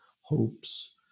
hopes